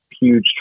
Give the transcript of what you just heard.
huge